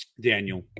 Daniel